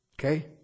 Okay